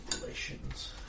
relations